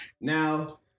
now